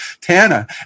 Tana